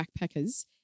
backpackers